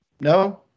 No